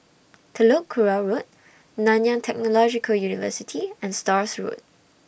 Telok Kurau Road Nanyang Technological University and Stores Road